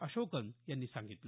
अशोकन यांनी सांगितलं